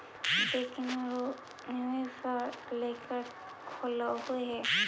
दोकनिओ लोनवे पर लेकर खोललहो हे?